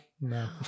no